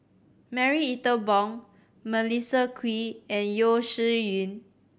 Marie Ethel Bong Melissa Kwee and Yeo Shih Yun